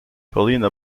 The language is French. paulina